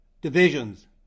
divisions